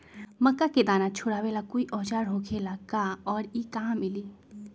मक्का के दाना छोराबेला कोई औजार होखेला का और इ कहा मिली?